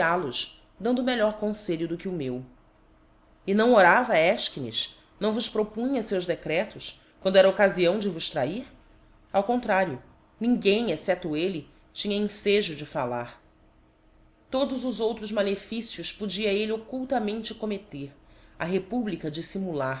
contraríal os dando melhor confelho do que o meu e não orava efchines não vos propunha feus decre tos quando era occafião de vos trair ao contrariei ninguém excepto elle tinlía enfejo de fallar todos os outros malefícios podia elle occultamenx commetter a republica diílimular